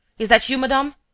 is that you, madame?